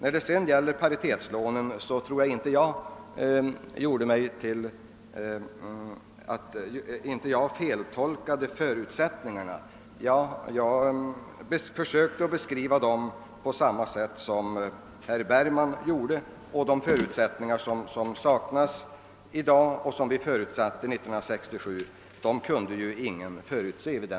Beträffande paritetslånen tror jag inte att jag har feltolkat förutsättningarna; jag avsåg att påpeka samma sak som herr Bergman gjorde.